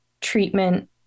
treatment